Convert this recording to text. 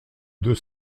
deux